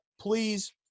please